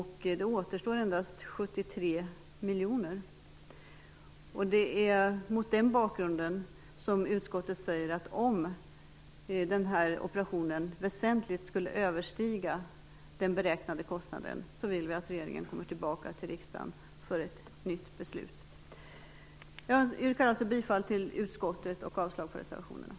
Det återstår endast 73 miljoner. Det är mot den bakgrunden som utskottet säger att om kostnaden för denna operation väsentligt skulle överstiga den beräknade kostnaden vill vi att regeringen kommer tillbaka till riksdagen för ett nytt beslut. Jag yrkar bifall till utskottets hemställan och avslag på reservationerna.